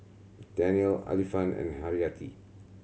Daniel Alfian and Haryati